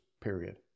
period